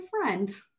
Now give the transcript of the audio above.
friend